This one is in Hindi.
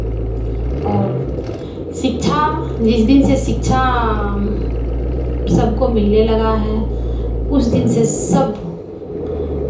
और शिक्षा जिस दिन से शिक्षा सबको मिलने लगा है उस दिन से सब